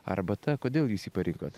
arbata kodėl jūs jį parinkot